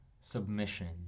submission